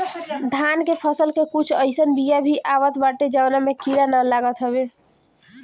धान के फसल के कुछ अइसन बिया भी आवत बाटे जवना में कीड़ा ना लागत हवे